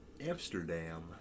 Amsterdam